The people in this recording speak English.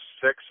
six